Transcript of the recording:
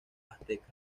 azteca